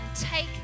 take